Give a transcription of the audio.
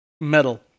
metal